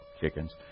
chickens